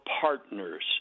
partners